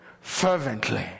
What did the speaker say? fervently